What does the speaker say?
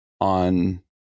on